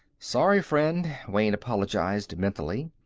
sorry, friend, wayne apologized mentally.